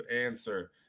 answer